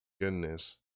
goodness